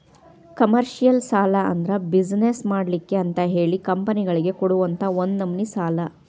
commercial ಸಾಲಾ ಅಂದ್ರ business ಮಾಡ್ಲಿಕ್ಕೆ ಅಂತಹೇಳಿ ಕಂಪನಿಗಳಿಗೆ ಕೊಡುವಂತಾ ಒಂದ ನಮ್ನಿ ಸಾಲಾ